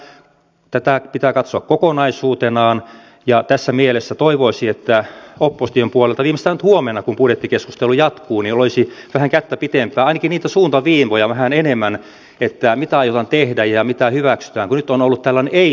eli tätä pitää katsoa kokonaisuutena ja tässä mielessä toivoisi että opposition puolelta viimeistään nyt huomenna kun budjettikeskustelu jatkuu olisi vähän kättä pidempää ainakin niitä suuntaviivoja vähän enemmän mitä aiotaan tehdä ja mitä hyväksytään kun nyt on ollut tällainen ei liike